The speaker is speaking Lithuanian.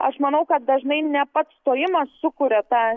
aš manau kad dažnai ne pats stojimas sukuria tą